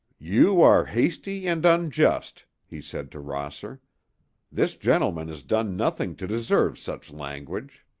you are hasty and unjust, he said to rosser this gentleman has done nothing to deserve such language.